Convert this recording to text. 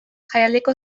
jaialdiko